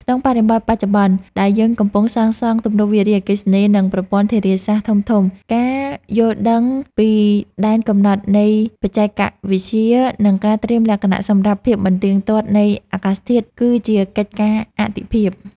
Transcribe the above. ក្នុងបរិបទបច្ចុប្បន្នដែលយើងកំពុងសាងសង់ទំនប់វារីអគ្គិសនី និងប្រព័ន្ធធារាសាស្ត្រធំៗ ការយល់ដឹងពីដែនកំណត់នៃបច្ចេកវិទ្យា និងការត្រៀមលក្ខណៈសម្រាប់ភាពមិនទៀងទាត់នៃអាកាសធាតុ គឺជាកិច្ចការអាទិភាព។